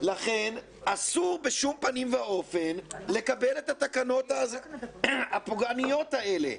לכן אסור בשום פנים ואופן לקבל את התקנות הפוגעניות האלה.